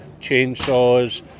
chainsaws